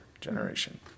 generation